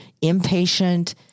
impatient